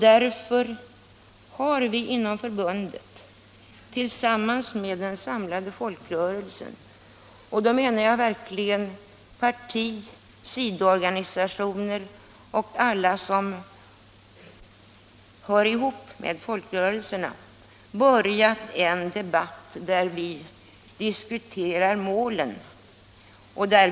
Därför har vi inom förbundet tillsammans med parti, sidoorganisationer och alla som hör ihop med folkrörelserna börjat en debatt där vi diskuterar målen.